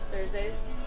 Thursdays